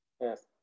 Yes